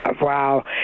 wow